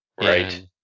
Right